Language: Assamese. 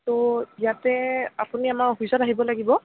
ত' ইয়াতে আপুনি আমাৰ অফিচত আহিব লাগিব